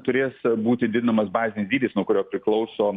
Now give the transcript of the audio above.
turės būti didinamas bazinis dydis nuo kurio priklauso